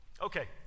Okay